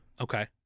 Okay